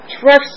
trust